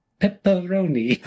pepperoni